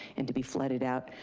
and to be flooded out,